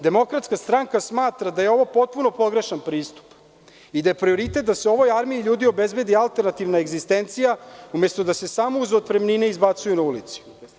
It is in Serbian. Demokratska stranka smatra da je ovo potpuno pogrešan pristup i da je prioritet da se ovoj armiji ljudi obezbedi alternativna egzistencija, umesto da se samo uz otpremnine izbacuju na ulice.